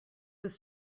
was